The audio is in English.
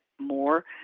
more